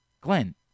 Glenn